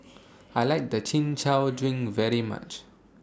I like The Chin Chow Drink very much